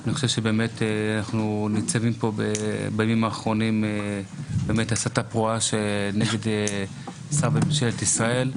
אני חושב שבימים האחרונים באמת יש הסתה פרועה נגד שר בממשלת ישראל.